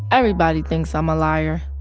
everybody thinks i'm a liar.